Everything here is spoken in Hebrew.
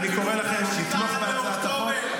אני קורא לכם לתמוך בהצעת החוק.